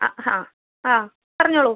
ആ ഹാ ആ പറഞ്ഞോളൂ